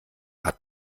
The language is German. hat